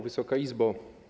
Wysoka Izbo!